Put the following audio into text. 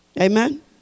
Amen